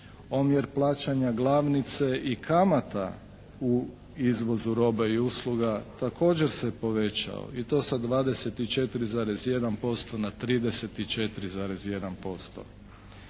Omjer plaćanja glavnice i kamata u izvozu roba i usluga također se povećao i to sa 24,1% na 34,1%.